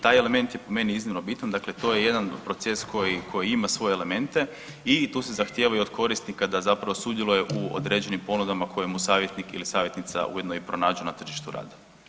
Taj element je po meni iznimno bitan, dakle to je jedan proces koji ima svoje elemente i tu se zahtjeva i od korisnika da sudjeluje u određenim ponudama koje mu savjetnik ili savjetnica ujedno i pronađu na tržištu rada.